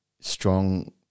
strong